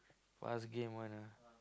fast game [one] ah